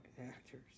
actors